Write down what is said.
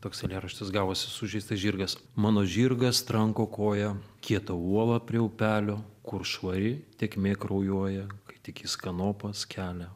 toks eilėraštis gavosi sužeistas žirgas mano žirgas tranko koja kietą uolą prie upelio kur švari tėkmė kraujuoja kai tik jis kanopas kelia